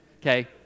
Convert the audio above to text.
Okay